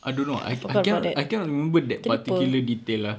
I don't know I I cannot I cannot remember that particular detail ah